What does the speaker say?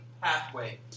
pathway